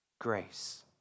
grace